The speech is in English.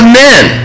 men